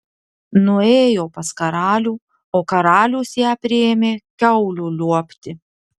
nuėjo pas karalių ir karalius ją priėmė kiaulių liuobti